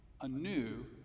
anew